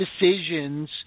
decisions